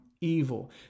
evil